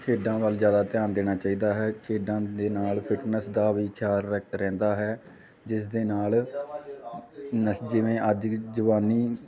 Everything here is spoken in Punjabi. ਖੇਡਾਂ ਵੱਲ ਜ਼ਿਆਦਾ ਧਿਆਨ ਦੇਣਾ ਚਾਹੀਦਾ ਹੈ ਖੇਡਾਂ ਦੇ ਨਾਲ ਫਿਟਨੈਸ ਦਾ ਵੀ ਖਿਆਲ ਰਖ ਰਹਿੰਦਾ ਹੈ ਜਿਸ ਦੇ ਨਾਲ ਨਸ਼ ਜਿਵੇਂ ਅੱਜ ਜਵਾਨੀ